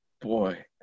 Boy